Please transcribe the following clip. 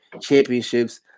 Championships